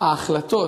ההחלטות